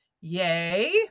yay